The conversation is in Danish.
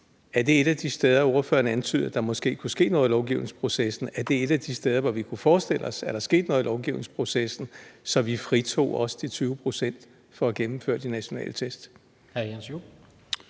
Er det et af de steder, ordføreren antyder at der måske kunne ske noget i lovgivningsprocessen? Er det et af de steder, hvor vi kunne forestille os at der skete noget i lovgivningsprocessen, så vi også fritog de 20 pct. fra at gennemføre de nationale test?